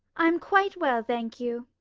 i'm quite well, thank you.